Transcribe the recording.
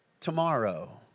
tomorrow